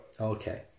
Okay